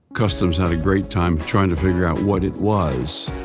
customs had a great time trying to figure out what it was.